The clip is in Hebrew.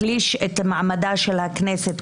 מחליש את מעמדה של הכנסת,